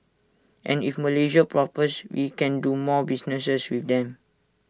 and if Malaysia prospers we can do more businesses with them